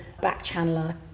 back-channeler